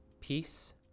Peace